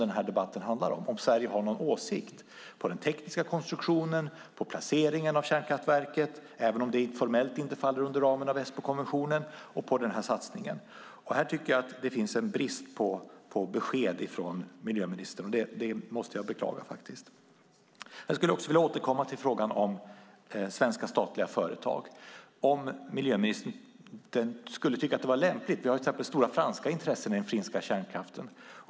Den här debatten handlar om huruvida Sverige har någon åsikt när det gäller den tekniska konstruktionen och placeringen av kärnkraftverket även om det formellt inte faller inom ramen för Esbokonventionen. Här tycker jag att det finns en brist på besked från miljöministern. Det beklagar jag. Jag skulle vilja återkomma till frågan om svenska statliga företag. Vi har till exempel stora franska intressen i den finska kärnkraften.